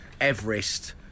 Everest